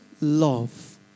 love